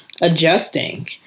adjusting